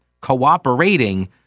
cooperating